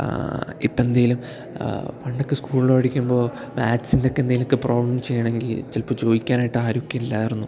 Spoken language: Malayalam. ഇപ്പം എന്തെങ്കിലും പണ്ടൊക്കെ സ്കൂളിൽ പഠിക്കുമ്പോൾ മാത്സിൻ്റെയൊക്കെ എന്തെങ്കിലുമൊക്കെ പ്രോബ്ലം ചെയ്യണമെങ്കിൽ ചിലപ്പോൾ ചോദിക്കാനായിട്ട് ആരുമൊക്കെ ഇല്ലായിരുന്നു